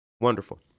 Wonderful